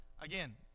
Again